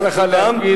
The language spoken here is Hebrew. מותר לך להגיד,